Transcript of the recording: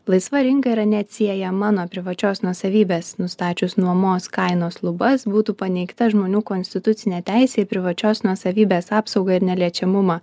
laisva rinka yra neatsiejama nuo privačios nuosavybės nustačius nuomos kainos lubas būtų paneigta žmonių konstitucinė teisė į privačios nuosavybės apsaugą ir neliečiamumą